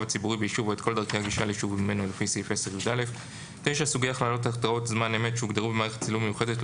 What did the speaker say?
הציבורי ביישוב או את כל דרכי הגישה ליישוב וממנו לפי סעיף 10יא. סוגי הכללות התראות זמן אמת שהוגדרו במערכת צילום מיוחדת,